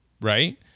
right